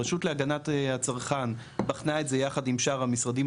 רשות להגנת הצרכן בחנה את זה ביחד עם שאר המשרדים